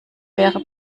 wäre